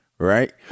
Right